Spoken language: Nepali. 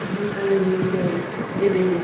हाम्रो कालिम्पोङको एमएलए